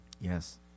Yes